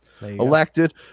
Elected